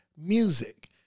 music